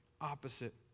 opposite